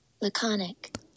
Laconic